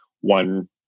one